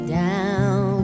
down